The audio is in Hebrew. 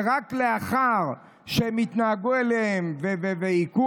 ורק לאחר שהם התנהגו אליהם כך והיכו